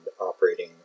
operating